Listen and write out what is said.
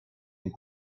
and